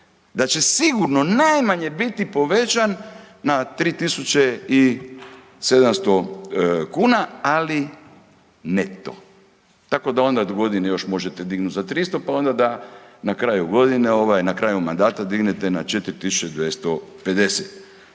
da će sigurno najmanje biti povećan na 3.700 kuna, ali neto, tako da onda dogodine još možete dignut za 300, pa onda da na kraju godine ovaj, na kraju mandata dignete na 4.250.